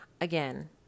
Again